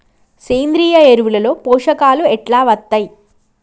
సేంద్రీయ ఎరువుల లో పోషకాలు ఎట్లా వత్తయ్?